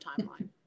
timeline